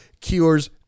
cures